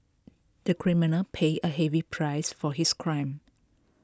the criminal paid a heavy price for his crime